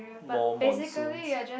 more monsoons